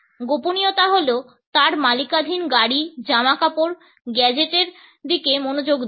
গোপনীয়তা হল তার মালিকানাধীন গাড়ি জামাকাপড় এবং গ্যাজেটের দিকে মনোযোগ দেওয়া